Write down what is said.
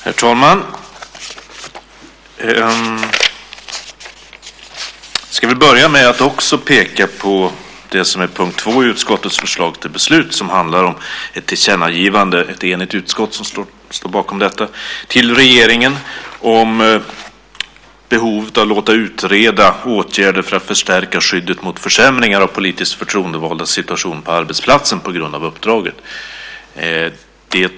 Herr talman! Jag börjar med att peka på det som är punkt 2 i utskottets förslag till beslut. Det handlar om ett tillkännagivande till regeringen om behovet av att låta utreda åtgärder för att förstärka skyddet mot försämringar av politiskt förtroendevaldas situation på arbetsplatsen på grund av uppdraget. Det är ett enigt utskott som står bakom detta.